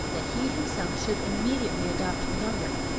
that he himself should immediately adopt the younger.